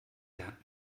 lernt